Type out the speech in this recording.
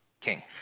king